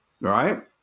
right